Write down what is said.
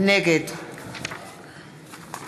נגד